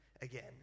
again